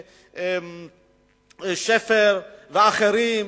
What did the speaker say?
שפר, ואחרים,